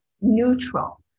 neutral